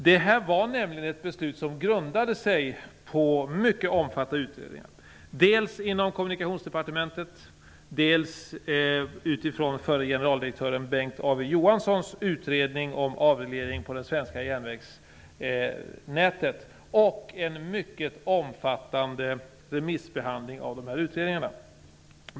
Det var nämligen ett beslut som grundade sig på mycket omfattande utredningar, dels inom Kommunikationsdepartementet, dels utifrån förre generaldirektören Bengt A W Johanssons utredning om avreglering på det svenska järnvägsnätet och dels en mycket omfattande remissbehandling av utredningarna.